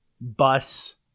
Bus